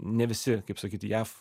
ne visi kaip sakyt jav